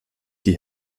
die